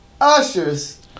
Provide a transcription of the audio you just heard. Usher's